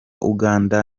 uganda